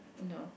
no